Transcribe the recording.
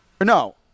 No